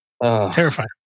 terrifying